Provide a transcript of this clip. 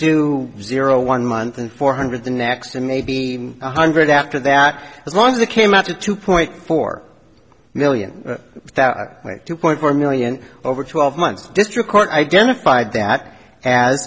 do zero one month and four hundred the next and maybe one hundred after that as long as they came out to two point four million two point four million over twelve months district court identified that as